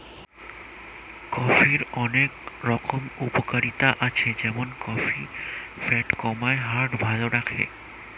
কফির অনেক রকম উপকারিতা আছে যেমন কফি ফ্যাট কমায়, হার্ট ভালো রাখে